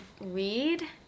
read